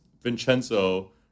Vincenzo